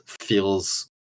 feels